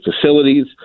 facilities